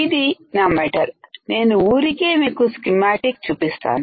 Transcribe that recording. ఇది నా మెటల్ నేను ఊరికే మీకు స్కీమాటిక్ చూపిస్తాను